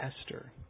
Esther